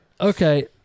okay